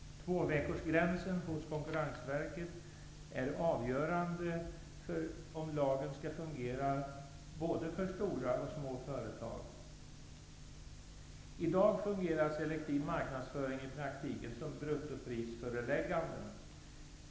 Tvåveckorsgränsen hos Konkurrensverket är avgörande för om lagen skall fungera både för stora och små företag. I dag fungerar selektiv marknadsföring i praktiken som bruttoprisföreläggande.